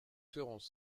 serons